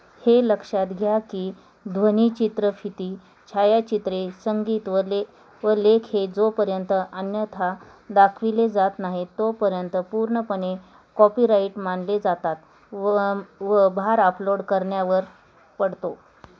हे लक्षात घ्या की ध्वनीचित्रफिती छायाचित्रे संगीत व ले व लेख हे जोपर्यंत अन्यथा दाखविले जात नाही तोपर्यंत पूर्णपणे कॉपीराइट मानले जातात व व भार अपलोड करणाऱ्यावर पडतो